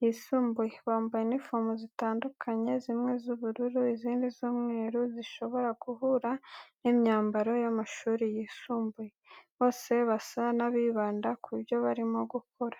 yisumbuye, bambaye uniforme zitandukanye zimwe z’ubururu, izindi z’umweru zishobora guhura n’imyambaro y’amashuri yisumbuye. Bose basa n’abibanda ku byo barimo gukora.